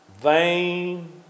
vain